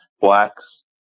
blacks